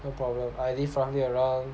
no problem I leave roughly around